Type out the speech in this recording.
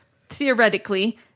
theoretically